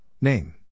name